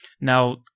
Now